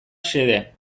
xede